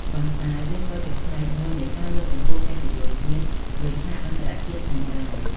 ប៉ុន្តែវាក៏ជាផ្នែកមួយនៃការលើកកម្ពស់កិត្តិយសជាតិលើឆាកអន្តរជាតិផងដែរ។